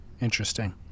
interesting